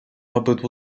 obydwu